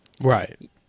Right